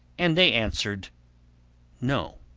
and they answered no.